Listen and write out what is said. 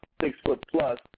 six-foot-plus